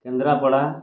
Kendrapara